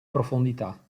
profondità